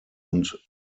und